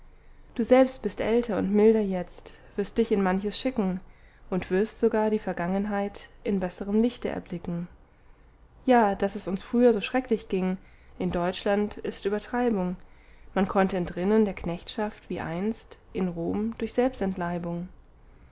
du selbst bist älter und milder jetzt wirst dich in manches schicken und wirst sogar die vergangenheit in besserem lichte erblicken ja daß es uns früher so schrecklich ging in deutschland ist übertreibung man konnte entrinnen der knechtschaft wie einst in rom durch selbstentleibung